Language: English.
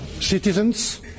citizens